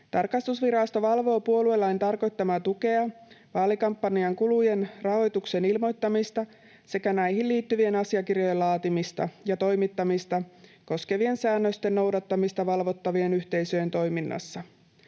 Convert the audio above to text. Tarkastusvirasto valvoo puoluelain tarkoittamaa tukea, vaalikampanjan kulujen rahoituksen ilmoittamista sekä näihin liittyvien asiakirjojen laatimista ja toimittamista koskevien säännösten noudattamista valvottavien yhteisöjen toiminnassa.